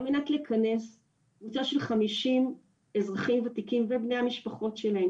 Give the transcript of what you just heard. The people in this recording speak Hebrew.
על מנת לכנס קבוצה של חמישים אזרחים ותיקים ובני המשפחות שלהם,